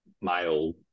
male